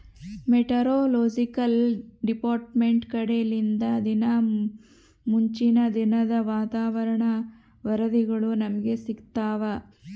meteorological department ಕಡೆಲಿಂದ ದಿನಾ ಮುಂಚಿನ ದಿನದ ವಾತಾವರಣ ವರದಿಗಳು ನಮ್ಗೆ ಸಿಗುತ್ತವ